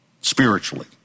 Spiritually